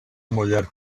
amollar